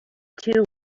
two